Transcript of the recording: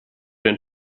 den